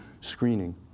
screening